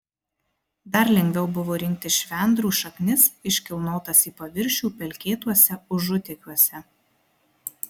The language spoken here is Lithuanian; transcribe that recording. dar lengviau buvo rinkti švendrų šaknis iškilnotas į paviršių pelkėtuose užutekiuose